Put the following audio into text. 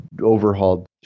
overhauled